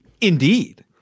indeed